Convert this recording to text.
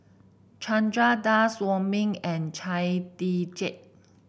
Chandra Das Wong Ming and Chia Tee Chiak